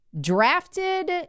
Drafted